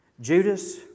Judas